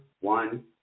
one